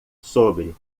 sobre